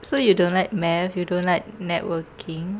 so you don't like math you don't like networking